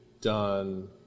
done